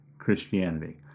Christianity